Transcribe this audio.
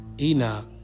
Enoch